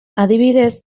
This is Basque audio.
adibidez